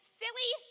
silly